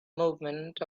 movement